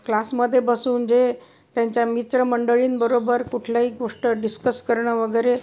क्लासमध्ये बसून जे त्यांच्या मित्रमंडळींबरोबर कुठल्याही गोष्ट डिस्कस करणं वगैरे